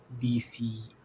DC